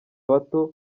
bato